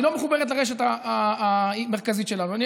היא לא מחוברת לרשת המרכזית שלנו.